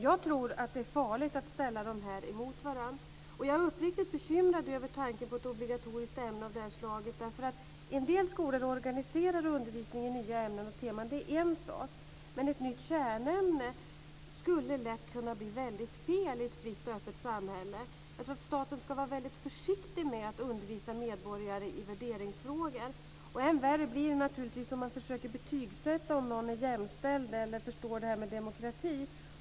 Jag tror att det är farligt att ställa dessa mot varandra, och jag är uppriktigt bekymrad över tanken på ett obligatoriskt ämne av det här slaget. En del skolor organiserar undervisningen i nya ämnen och teman, och det är en sak. Men ett nytt kärnämne skulle lätt kunna bli väldigt fel i ett fritt och öppet samhälle. Staten ska nog vara mycket försiktig med att undervisa medborgarna i värderingsfrågor. Än värre blir det naturligtvis om man försöker betygssätta om någon är jämställd eller förstår detta med demokrati.